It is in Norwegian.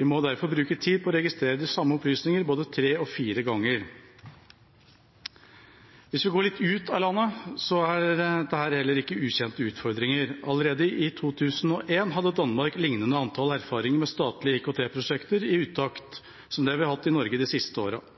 Vi må derfor bruke tid på å registrere de samme opplysningene både tre og fire ganger.» Hvis vi går litt ut av landet, er dette heller ikke ukjente utfordringer. Allerede i 2001 hadde Danmark et lignende antall erfaringer med statlige IKT-prosjekter i utakt som det vi har hatt i Norge de siste årene.